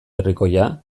herrikoia